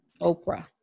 Oprah